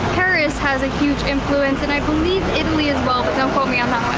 paris has a huge influence, and i believe italy as well but don't quote me on that